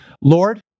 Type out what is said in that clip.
Lord